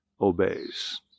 obeys